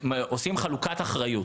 עושים חלוקת אחריות,